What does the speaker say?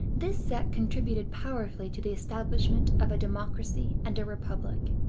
this sect contributed powerfully to the establishment of a democracy and a republic,